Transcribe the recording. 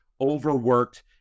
overworked